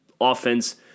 offense